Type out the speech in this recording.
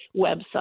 website